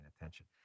attention